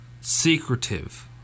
secretive